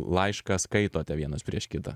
laišką skaitote vienas prieš kitą